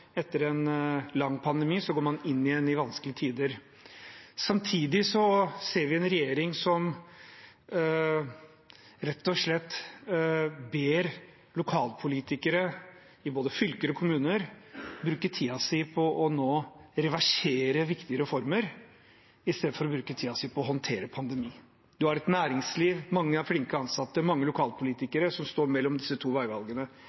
etter en lang pandemi, igjen går inn i vanskelige tider. Samtidig ser vi en regjering som rett og slett ber lokalpolitikere, i både fylker og kommuner, nå bruke tiden sin på å reversere viktige reformer, istedenfor å bruke tiden sin på å håndtere pandemien. Man har et næringsliv, og mange flinke ansatte og mange lokalpolitikere som står mellom disse to veivalgene.